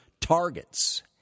targets